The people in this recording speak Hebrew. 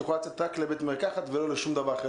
היא יכולה לצאת רק לבית מרקחת ולא לשום דבר אחר.